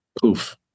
poof